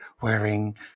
wearing